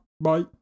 Bye